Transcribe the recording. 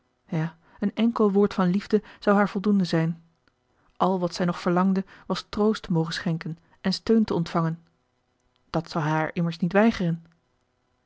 ja een enkel woord van liefde zou haar voldoende zijn al wat zij nog verlangde was troost te mogen schenken en steun te ontvangen dat zou hij haar immers niet weigeren